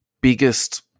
biggest